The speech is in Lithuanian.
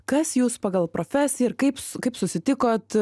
kas jūs pagal profesiją ir kaip kaip susitikot